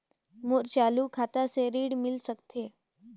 मोर चालू खाता से ऋण मिल सकथे?